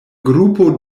grupo